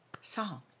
song